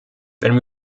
wenn